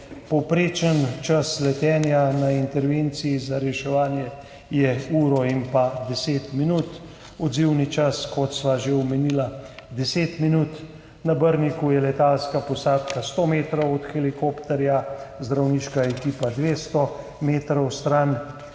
Povprečen čas letenja na intervenciji za reševanje je uro in pa 10 minut, odzivni čas, kot sva že omenila, 10 minut. Na Brniku je letalska posadka 100 metrov od helikopterja, zdravniška ekipa 200 metrov stran.